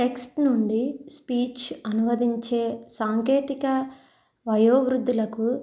text నుండి speech అనువదించే సాంకేతిక వయోవృద్దులకు